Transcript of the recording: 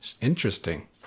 Interesting